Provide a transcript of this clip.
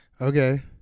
Okay